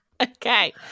Okay